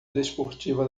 desportiva